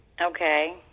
Okay